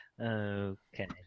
Okay